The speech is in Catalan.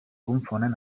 confonen